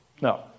No